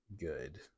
good